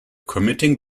committing